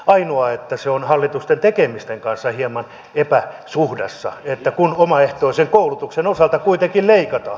ainoa että se on hallituksen tekemisten kanssa hieman epäsuhdassa kun omaehtoisen koulutuksen osalta kuitenkin leikataan